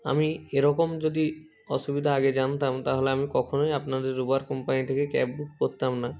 আমি এরকম যদি অসুবিধা আগে জানতাম তাহলে আমি কখনোই আপনাদের উবের কোম্পানি থেকে ক্যাব বুক করতাম না